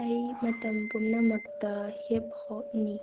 ꯑꯩ ꯃꯇꯝ ꯄꯨꯝꯅꯃꯛꯇ ꯍꯤꯞ ꯍꯣꯞꯅꯤ